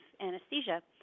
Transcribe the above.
anesthesia